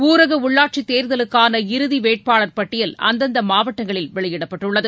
ஊரக உள்ளாட்சி தேர்தலுக்காள இறதி வேட்பாளர் பட்டியல் அந்தந்த மாவட்டங்களில் வெளியிடப்பட்டுள்ளது